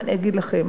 מה אני אגיד לכם,